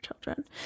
children